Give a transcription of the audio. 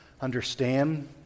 understand